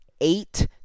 eight